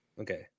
okay